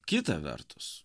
kita vertus